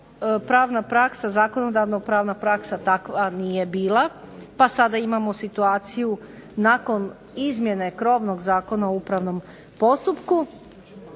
pravna praksa, zakonodavno-pravna praksa takva nije bila pa sada imamo situaciju nakon izmjene krovnog Zakona o upravnom postupku